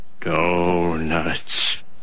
Donuts